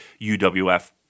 UWF